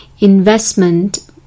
investment